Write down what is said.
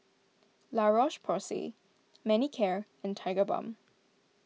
La Roche Porsay Manicare and Tigerbalm